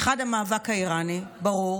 האחד, המאבק האיראני, ברור.